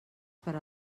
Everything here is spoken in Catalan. per